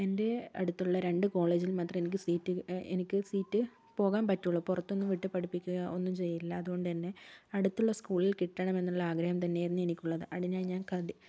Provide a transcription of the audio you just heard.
എന്റെ അടുത്തുള്ള രണ്ടു കോളേജിൽ മാത്രമേ എനിക്ക് സീറ്റ് എനിക്ക് സീറ്റ് പോകാൻ പറ്റുള്ളൂ പുറത്തൊന്നും വിട്ട് പഠിപ്പിക്കുകയോ ഒന്നും ചെയ്യില്ല അതുകൊണ്ട് തന്നെ അടുത്തുള്ള സ്കൂളിൽ കിട്ടണം എന്നുള്ള ആഗ്രഹം തന്നെയായിരുന്നു എനിക്കുള്ളത് അടിനായി ഞാൻ